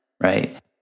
right